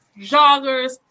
joggers